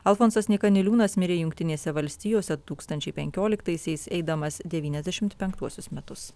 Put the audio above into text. alfonsas nyka niliūnas mirė jungtinėse valstijose du tūkstančiai penkioliktaisiais eidamas devyniasdešimt penktuosius metus